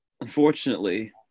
unfortunately